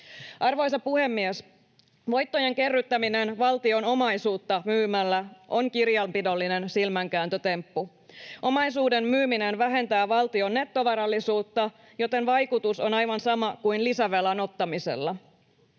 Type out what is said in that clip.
Arvoisa puhemies! Voittojen kerryttäminen valtion omaisuutta myymällä on kirjanpidollinen silmänkääntötemppu. Omaisuuden myyminen vähentää valtion nettovarallisuutta, joten vaikutus on aivan sama kuin lisävelan ottamisella.